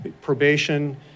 probation